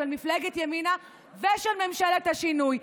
של מפלגת ימינה ושל ממשלת השינוי.